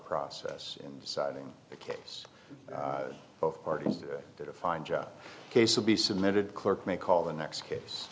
process in deciding the case both parties did a fine job case will be submitted clerk may call the next case